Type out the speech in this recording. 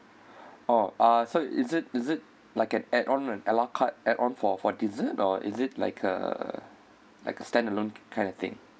orh uh so is it is it like an add on an ala carte add on for for dessert or is it like a like a standalone kind of thing